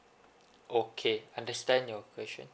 okay I understand your question